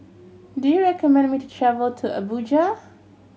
do you recommend me to travel to Abuja